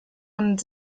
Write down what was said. und